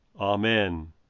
Amen